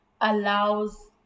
allows